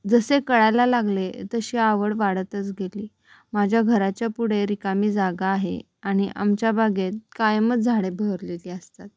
जसे कळायला लागले तशी आवड वाढतच गेली माझ्या घराच्या पुढे रिकामी जागा आहे आणि आमच्या बागेत कायमच झाडे बहरलेली असतात